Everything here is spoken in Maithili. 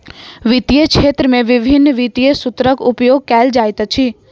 वित्तीय क्षेत्र में विभिन्न वित्तीय सूत्रक उपयोग कयल जाइत अछि